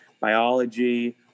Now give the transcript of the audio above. biology